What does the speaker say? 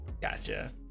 gotcha